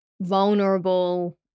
vulnerable